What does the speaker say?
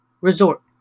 resort